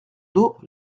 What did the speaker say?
dos